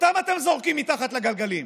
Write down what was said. אותם אתם זורקים מתחת לגלגלים.